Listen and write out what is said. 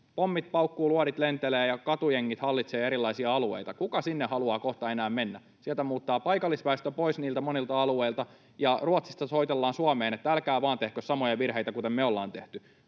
pommit paukkuvat, luodit lentelevät ja katujengit hallitsevat erilaisia alueita. Kuka sinne haluaa kohta enää mennä? Sieltä muuttaa paikallisväestö pois monilta niiltä alueilta, ja Ruotsista soitellaan Suomeen, että älkää vaan tehkö samoja virheitä kuin me ollaan tehty.